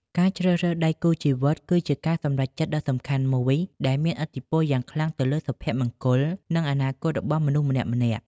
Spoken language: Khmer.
ការជ្រើសរើសដៃគូជីវិត គឺជាការសម្រេចចិត្តដ៏សំខាន់មួយ ដែលមានឥទ្ធិពលយ៉ាងខ្លាំងទៅលើសុភមង្គល និងអនាគតរបស់មនុស្សម្នាក់ៗ។